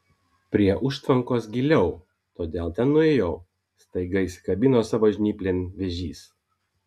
prie užtvankos giliau todėl ten nuėjau staiga įsikabino savo žnyplėm vėžys